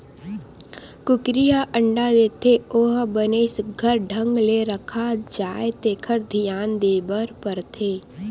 कुकरी ह अंडा देथे ओ ह बने सुग्घर ढंग ले रखा जाए तेखर धियान देबर परथे